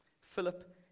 Philip